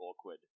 awkward